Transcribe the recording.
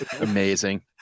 Amazing